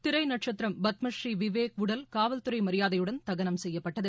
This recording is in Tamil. திரை நட்சத்திரம் பத்மஸ்ரீ விவேக் உடல் காவல்துறை மரியாதையுடன் தகனம் செய்யப்பட்டது